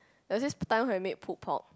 that is time I made pulpo